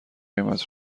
قیمت